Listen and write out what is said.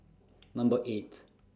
Number eight